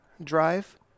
Drive